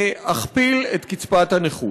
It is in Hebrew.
להכפיל את קצבת הנכות.